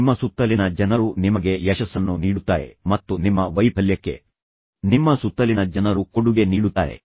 ನಿಮ್ಮ ಸುತ್ತಲಿನ ಜನರು ನಿಮಗೆ ಯಶಸ್ಸನ್ನು ನೀಡುತ್ತಾರೆ ಮತ್ತು ನಿಮ್ಮ ವೈಫಲ್ಯಕ್ಕೆ ನಿಮ್ಮ ಸುತ್ತಲಿನ ಜನರು ಕೊಡುಗೆ ನೀಡುತ್ತಾರೆ